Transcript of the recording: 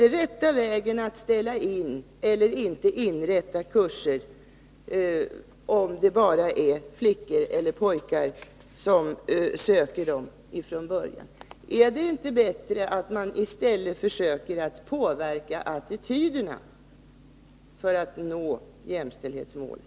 Är rätta vägen den att ställa in och inte inrätta kurser, om det bara är flickor eller pojkar som söker från början? Är det inte bättre att i stället försöka påverka attityderna för att nå jämställdhetsmålet?